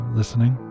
listening